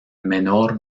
menor